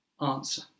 answer